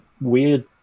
weird